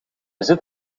zit